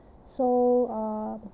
so uh